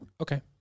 okay